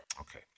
Okay